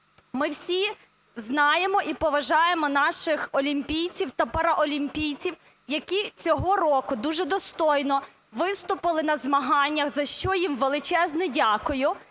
Ми всі знаємо і поважаємо наших олімпійців та паралімпійців, які цього року дуже достойно виступили на змаганнях, за що їм величезне дякую.